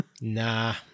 Nah